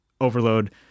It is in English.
overload